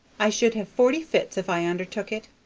i should have forty fits, if i undertook it.